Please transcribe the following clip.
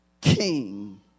King